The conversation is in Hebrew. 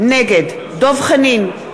נגד דב חנין,